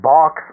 Box